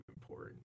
important